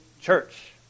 church